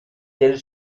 del